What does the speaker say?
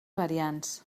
variants